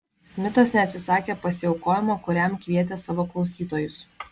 smitas neatsisakė pasiaukojimo kuriam kvietė savo klausytojus